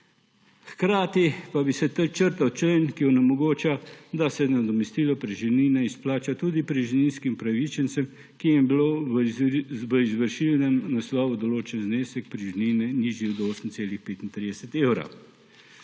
Hkrati pa bi se črtal člen, ki onemogoča, da se nadomestilo preživnine izplača tudi preživninskim upravičencem, ki jim je bil v izvršilnem naslovu določen znesek preživnine nižji od 8,35 evra.